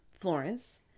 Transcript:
Florence